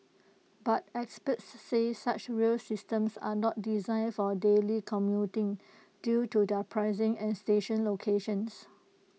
but experts said such rail systems are not designed for daily commuting due to their pricing and station locations